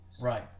Right